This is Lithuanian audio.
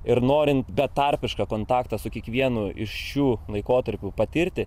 ir norint betarpišką kontaktą su kiekvienu iš šių laikotarpių patirti